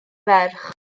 ferch